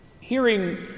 Hearing